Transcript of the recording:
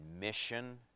mission